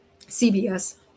CBS